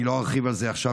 אני לא ארחיב על זה עכשיו,